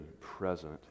present